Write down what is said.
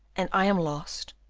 and i am lost!